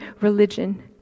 religion